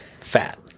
fat